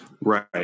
Right